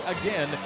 again